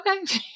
okay